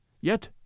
Yet